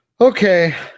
Okay